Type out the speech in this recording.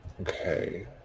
Okay